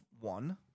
one